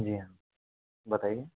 जी बताइए